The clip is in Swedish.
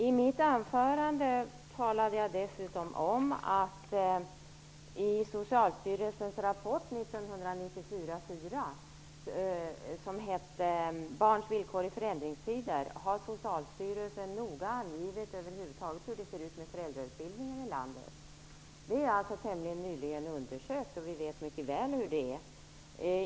I mitt anförande talade jag dessutom om att Socialstyrelsen i sin rapport 1994:4, som hette Barns villkor i förändringstider, noga har angivit hur det ser ut med föräldrautbildningen i landet över huvud taget. Det är alltså tämligen nyligen undersökt, och vi vet mycket väl hur det är.